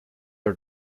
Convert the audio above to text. are